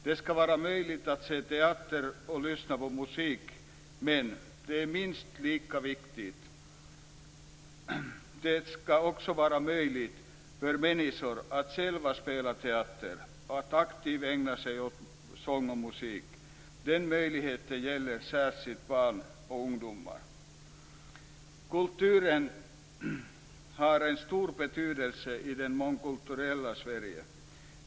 · Det skall vara möjligt att se teater och lyssna på musik, men, och det är minst lika viktigt, det skall också vara möjligt för människor att själva spela teater och att aktivt ägna sig åt sång och musik. Den möjligheten gäller särskilt barn och ungdomar. · Kulturen har en stor betydelse i det mångkulturella Sverige.